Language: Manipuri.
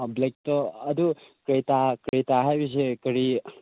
ꯕ꯭ꯂꯦꯛꯇꯣ ꯑꯗꯨ ꯀ꯭ꯔꯦꯇꯥ ꯀ꯭ꯔꯦꯇꯥ ꯍꯥꯏꯕꯁꯦ ꯀꯔꯤ